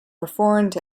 performed